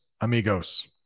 amigos